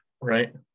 Right